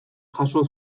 jaso